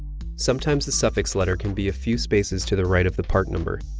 sometimes the suffix letter can be a few spaces to the right of the part number.